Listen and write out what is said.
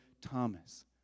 Thomas